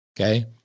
okay